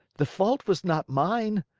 the fault was not mine.